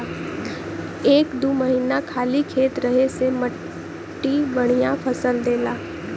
एक दू महीना खाली खेत रहे से मट्टी बढ़िया फसल देला